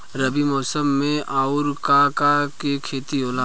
रबी मौसम में आऊर का का के खेती होला?